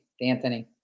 Anthony